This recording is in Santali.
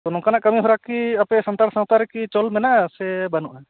ᱱᱚᱝᱠᱟᱱᱟ ᱠᱟᱹᱢᱤ ᱦᱚᱨᱟ ᱠᱤ ᱟᱯᱮ ᱥᱟᱱᱛᱟᱲ ᱥᱟᱶᱛᱟ ᱨᱮᱠᱤ ᱪᱚᱞ ᱢᱮᱱᱟᱼᱟ ᱥᱮ ᱵᱟᱹᱱᱩᱼᱟ